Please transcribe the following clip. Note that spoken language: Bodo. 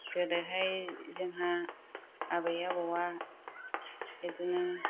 गोदोहाय जोंहा आबै आबौआ बिदिनो